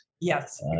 Yes